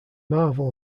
marvel